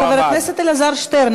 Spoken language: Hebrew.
חבר הכנסת אלעזר שטרן,